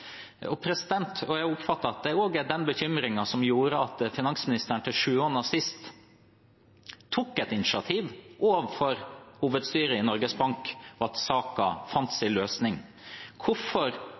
Jeg oppfatter at det også er den bekymringen som gjorde at finansministeren til sjuende og sist tok et initiativ overfor hovedstyret i Norges Bank, og at saken fant